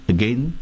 Again